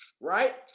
right